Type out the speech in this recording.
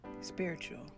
Spiritual